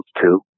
two